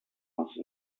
else